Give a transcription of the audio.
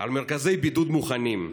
על מרכזי בידוד מוכנים,